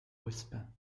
whisper